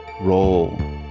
roll